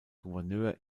gouverneur